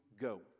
go